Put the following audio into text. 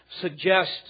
suggest